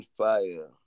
fire